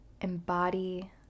Embody